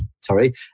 sorry